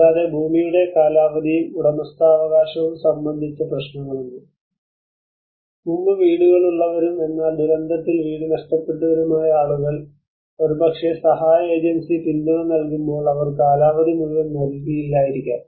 കൂടാതെ ഭൂമിയുടെ കാലാവധിയും ഉടമസ്ഥാവകാശവും സംബന്ധിച്ച പ്രശ്നങ്ങളുണ്ട് മുമ്പ് വീടുകളുള്ളവരും എന്നാൽ ദുരന്തത്തിൽ വീട് നഷ്ടപ്പെട്ടവരുമായ ആളുകൾ ഒരുപക്ഷേ സഹായ ഏജൻസി പിന്തുണ നൽകുമ്പോൾ അവർ കാലാവധി മുഴുവൻ നൽകില്ലായിരിക്കാം